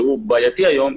שהוא בעייתי היום,